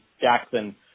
Jackson